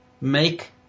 make